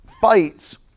fights